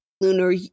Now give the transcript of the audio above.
lunar